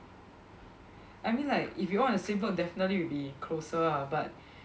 I mean like if you all in the same block definitely will be closer lah but